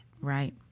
Right